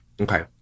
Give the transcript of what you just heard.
Okay